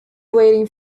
waiting